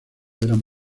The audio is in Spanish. eran